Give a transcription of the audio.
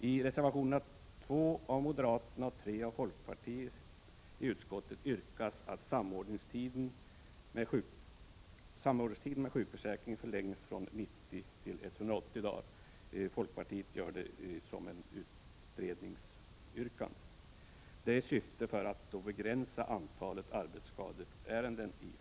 I reservation nr 2 från moderaterna i utskottet yrkas att samordningstiden med sjukförsäkringen förlängs från 90 till 180 dagar i syfte att begränsa antalet arbetsskadeärenden hos försäkringskassorna. I reservation 3 från folkpartiet yrkas att man gör en översyn av samordningstidens längd.